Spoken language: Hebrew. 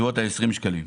בסביבות ה-20 שקלים.